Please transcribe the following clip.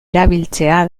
erabiltzea